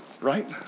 right